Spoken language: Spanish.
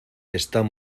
están